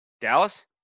Dallas